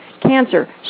cancer